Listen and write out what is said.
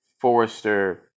forester